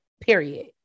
period